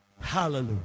hallelujah